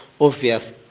obvious